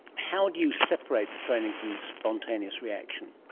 how do you separate the training from the spontaneous reaction?